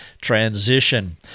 transition